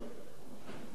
אין לי חדר מוגן,